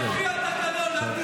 זה לפי התקנון, אל תדאג.